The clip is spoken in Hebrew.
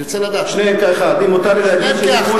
וגם אני מצטט את שני החוקים שהיום הם על סדר-יום הכנסת.